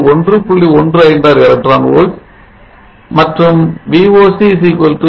16 electron volts and Voc 0